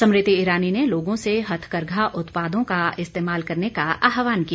स्मृति ईरानी ने लोगों से हथकरघा उत्पादों का इस्तेमाल करने का आहवान किया